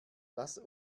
lass